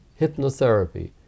hypnotherapy